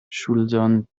ŝuldon